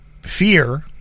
fear